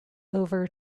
over